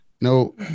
No